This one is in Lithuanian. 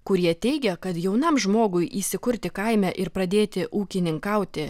kurie teigia kad jaunam žmogui įsikurti kaime ir pradėti ūkininkauti